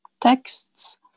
texts